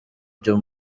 byo